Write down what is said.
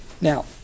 Now